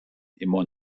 immer